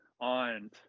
on